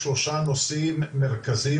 או שלושה נושאים מרכזיים,